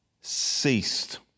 ceased